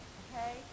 okay